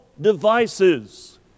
devices